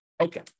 Okay